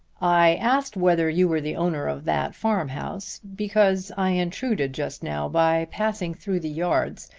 i asked whether you were the owner of that farm-house because i intruded just now by passing through the yards,